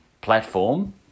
platform